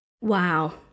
Wow